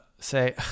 say